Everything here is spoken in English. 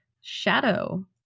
shadow